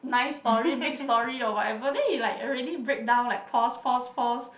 nice story big story or whatever then he like already break down like pause pause pause